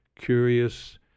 curious